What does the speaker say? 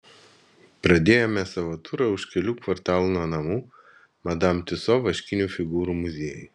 pradėjome savo turą už kelių kvartalų nuo namų madam tiuso vaškinių figūrų muziejuje